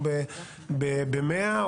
ב-100,